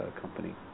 company